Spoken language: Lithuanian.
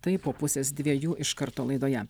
tai po pusės dviejų iš karto laidoje